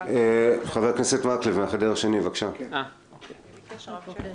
מי ביקש שם?